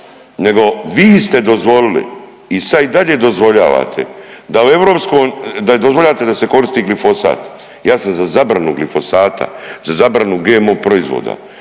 dozvoljavate da u europskom, da dozvoljavate da se koristi glifosat. Ja sam za zabranu glifosata, za zabranu GMO proizvoda.